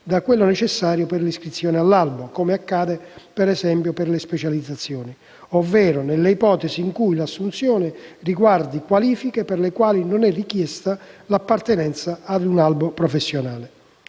da quello necessario per l'iscrizione all'albo (come accade, per esempio, per le specializzazioni), ovvero nelle ipotesi in cui l'assunzione riguardi qualifiche per le quali non è richiesta l'appartenenza a un albo professionale.